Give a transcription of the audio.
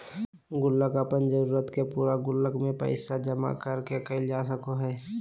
गुल्लक अपन जरूरत के पूरा गुल्लक में पैसा जमा कर के कर सको हइ